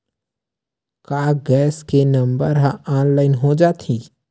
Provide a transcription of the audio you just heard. का गैस के नंबर ह ऑनलाइन हो जाथे?